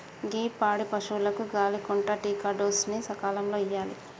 గీ పాడి పసువులకు గాలి కొంటా టికాడోస్ ని సకాలంలో ఇయ్యాలి